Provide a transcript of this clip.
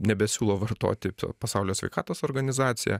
nebesiūlo vartoti pasaulio sveikatos organizacija